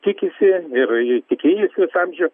tikisi ir jie tikėjosi visą amžių